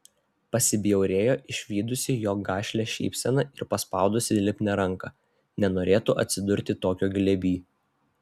pasibjaurėjo išvydusi jo gašlią šypseną ir paspaudusi lipnią ranką nenorėtų atsidurti tokio glėby